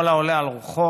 ככל העולה על רוחו.